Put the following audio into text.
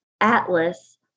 Atlas